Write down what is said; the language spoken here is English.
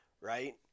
right